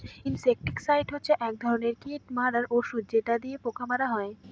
insecticide হচ্ছে এক ধরনের কীট মারার ঔষধ যেটা দিয়ে পোকা মারা হয়